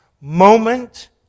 moment